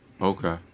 Okay